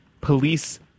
police